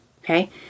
Okay